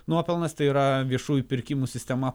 nuopelnas tai yra viešųjų pirkimų sistema